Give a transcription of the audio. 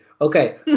Okay